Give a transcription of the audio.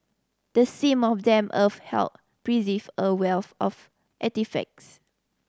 the seam of damp earth helped preserve a wealth of artefacts